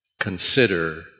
consider